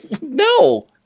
No